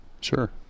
Sure